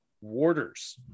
warders